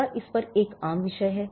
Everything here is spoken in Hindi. क्या इस पर एक आम विषय है